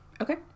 Okay